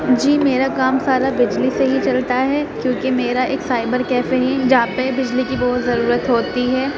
جی میرا کام سارا بجلی سے ہی چلتا ہے کیونکہ میرا ایک سائبر کیفے ہیں جہاں پہ بجلی کی بہت ضرورت ہوتی ہے